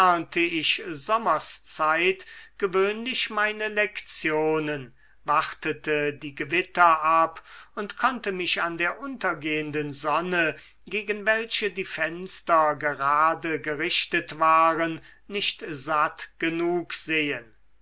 ich sommerszeit gewöhnlich meine lektionen wartete die gewitter ab und konnte mich an der untergehenden sonne gegen welche die fenster gerade gerichtet waren nicht satt genug sehen